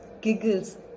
giggles